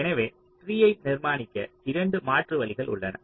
எனவே ட்ரீயை நிர்மாணிக்க 2 மாற்று வழிகள் உள்ளன